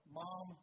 mom